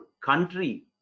country